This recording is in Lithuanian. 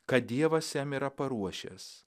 ką dievas jam yra paruošęs